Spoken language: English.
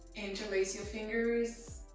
binterlace your fingers.